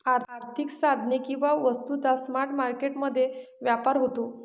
आर्थिक साधने किंवा वस्तूंचा स्पॉट मार्केट मध्ये व्यापार होतो